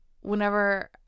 whenever